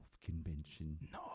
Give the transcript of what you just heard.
convention